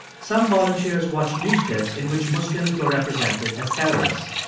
some volunteers watched news clips in which muslims were represented as terrorists.